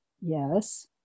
yes